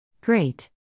Great